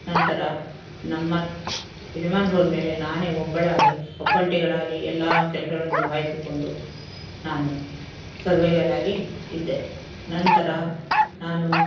ನಂತರ ನಮ್ಮ ಯಜಮಾನರು ಹೋದಮೇಲೆ ನಾನೇ ಒಬ್ಬಳಾಗಿ ಒಬ್ಬಂಟಿಗಳಾಗಿ ಎಲ್ಲ ಕೆಲಸಗಳನ್ನು ನಿಭಾಯಿಸಿಕೊಂಡು ನಾನು ಸರ್ವೈವಲ್ಲಾಗಿ ಇದ್ದೆ ನಂತರ ನಾನು